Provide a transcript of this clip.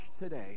today